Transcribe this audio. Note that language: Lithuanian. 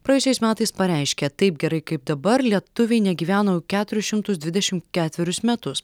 praėjusiais metais pareiškė taip gerai kaip dabar lietuviai negyveno jau keturis šimtus dvidešim ketverius metus